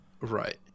Right